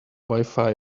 wifi